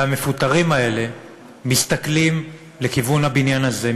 והמפוטרים האלה מסתכלים לכיוון הבניין הזה,